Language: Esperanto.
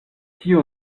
tiu